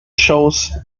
chose